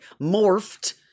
morphed